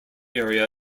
area